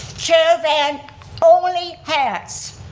chair-a-van only has